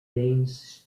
veins